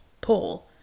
Paul